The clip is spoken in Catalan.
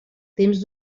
temps